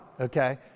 okay